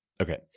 Okay